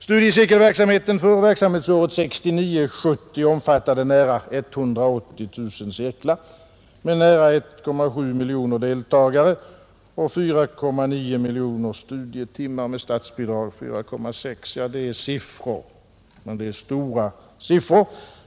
Studiecirkelverksamheten för verksamhetsåret 1969—1970 omfattade nära 180 000 cirklar med nära 1,7 miljoner deltagare och 4,9 miljoner studietimmar, varav 4,6 miljoner med statsbidrag. Det är siffror, men det är stora siffror.